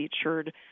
featured